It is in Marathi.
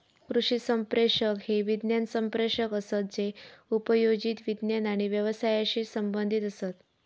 कृषी संप्रेषक हे विज्ञान संप्रेषक असत जे उपयोजित विज्ञान आणि व्यवसायाशी संबंधीत असत